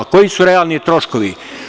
Koji su realni troškovi?